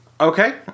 Okay